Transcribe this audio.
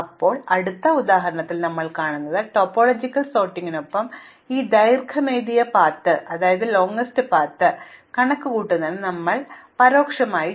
അതിനാൽ അടുത്ത ഉദാഹരണത്തിൽ നമ്മൾ കാണുന്നത് പോലെ ടോപ്പോളജിക്കൽ സോർട്ടിംഗിനൊപ്പം ഈ ദൈർഘ്യമേറിയ പാത്ത് കണക്കുകൂട്ടൽ ഞങ്ങൾ പരോക്ഷമായി ചെയ്യും